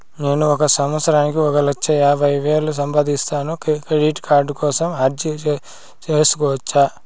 నేను ఒక సంవత్సరానికి ఒక లక్ష యాభై వేలు సంపాదిస్తాను, క్రెడిట్ కార్డు కోసం అర్జీ సేసుకోవచ్చా?